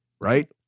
right